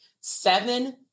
seven